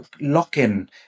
lock-in